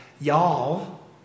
y'all